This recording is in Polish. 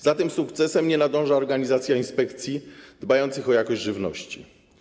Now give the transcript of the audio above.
Za tym sukcesem nie nadąża organizacja inspekcji dbających o jakość żywności.